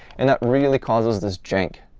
and that really causes this jenk,